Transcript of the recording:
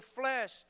flesh